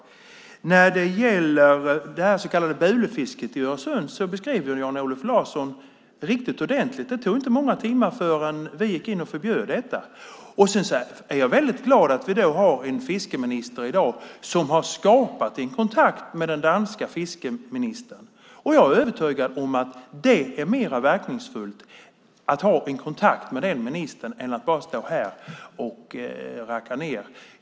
Jan-Olof Larsson beskriver det så kallade bulefisket i Öresund riktigt ordentligt. Det tog inte många timmar förrän vi förbjöd det. Jag är väldigt glad att vi har en fiskeminister i dag som har skapat en kontakt med den danska fiskeministern. Jag är övertygad om att det är mer verkningsfullt att ha en kontakt med den ministern än att bara stå här och racka ned på detta.